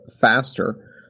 faster